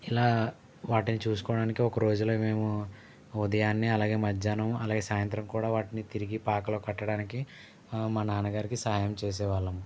ఇలా వాటిని చూసుకోవాడికి ఒక రోజులో మేము ఉదయాన్నే అలాగే మధ్యాహ్నం అలాగే సాయంత్రం కూడా వాటిని తిరిగి పాకలో కట్టడానికి మా నాన్నగారికి సహాయం చేసే వాళ్ళం